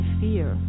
fear